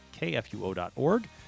kfuo.org